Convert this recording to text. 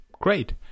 great